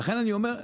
לכן אני אומר,